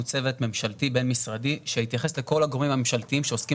צוות ממשלתי בין משרדי שהתייחס לכל הגורמים הממשלתיים שעוסקים